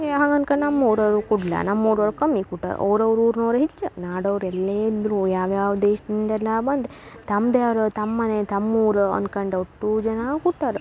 ಏ ಹಂಗೆ ಅನ್ಕಂಡು ನಮ್ಮ ಊರವರು ಕುಡ್ಲ್ಯಾ ನಮ್ಮ ಊರವ್ರು ಕಮ್ಮಿ ಕುಟ್ಟಾ ಅವ್ರ ಅವ್ರ ಊರಿನೋರೆ ಹೆಚ್ಚು ನಾಡೋರು ಎಲ್ಲೇ ಇದ್ದರೂ ಯಾವ್ಯಾವ ದೇಶ್ದಿಂದನೋ ಬಂದು ತಮ್ಮ ದೇವ್ರು ತಮ್ಮ ಮನೆ ತಮ್ಮ ಊರು ಅನ್ಕಂಡು ಅಷ್ಟೂ ಜನ ಕೊಟ್ಟಾರ್